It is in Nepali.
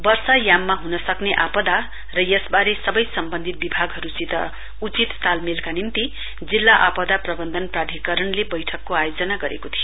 वर्षा याममा हुन सक्ने आपदा र यसबारे सबै सम्वन्धित विभागहरूसित उचित तालमेलका निम्ति जिल्ला आपदा प्रवन्धन प्राधिकरणले बैठकको आयोजना गरेको थियो